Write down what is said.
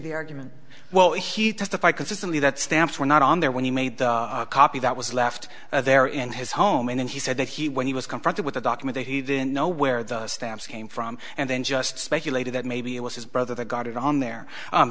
the argument well he testified consistently that stamps were not on there when he made the copy that was left there in his home and then he said that he when he was confronted with a document he didn't know where the stamps came from and then just speculated that maybe it was his brother the guard on there